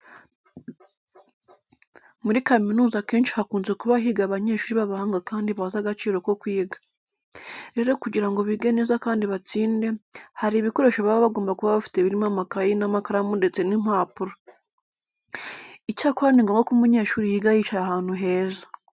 Muri kaminuza akenshi hakunze kuba higa abanyeshuri b'abahanga kandi bazi agaciro ko kwiga. Rero kugira ngo bige neza kandi batsinde, hari ibikoresho baba bagomba kuba bafite birimo amakayi n'amakaramu ndetse n'impapuro. Icyakora ni ngombwa ko umunyeshuri yiga yicaye ahantu heza.